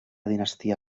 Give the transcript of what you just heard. dinastia